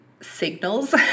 signals